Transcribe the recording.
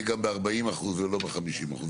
גם בארבעים אחוזים ולא בחמישים אחוזים.